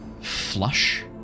flush